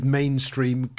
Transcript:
mainstream